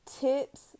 tips